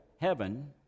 heaven